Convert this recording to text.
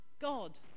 God